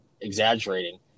exaggerating